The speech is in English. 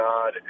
God